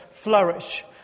flourish